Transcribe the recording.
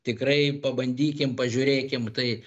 tikrai pabandykim pažiūrėkim tai